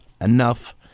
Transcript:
enough